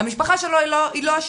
המשפחה שלו היא לא אשמה,